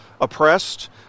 oppressed